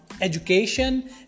education